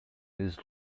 his